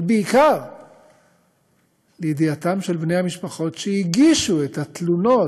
ובעיקר לידיעתם של בני המשפחות שהגישו את התלונות.